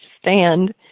stand